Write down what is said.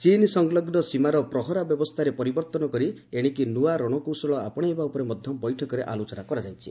ଚୀନ ସଂଲଗୁ ସୀମାର ପ୍ରହରା ବ୍ୟବସ୍ଥାରେ ପରିବର୍ତ୍ତନ କରି ଏଣିକି ନ୍ବୁଆ ରଣକୌଶଳ ଆପଣାଇବା ଉପରେ ମଧ୍ୟ ବୈଠକରେ ଆଲୋଚନା କରାଯାଇଛି